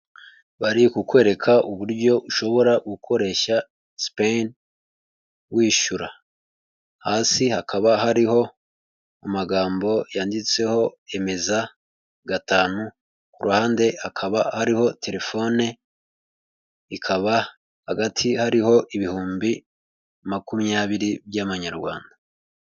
Bari kukwereka uburyo ushobora gukoresha SPENN wishyura, hasi hakaba hariho amagambo yanditseho emeza gatanu, ku ruhande hakaba hariho telefone, ikaba hagati hariho ibihumbi makumyabiri by'amanyarwanda.